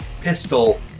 pistol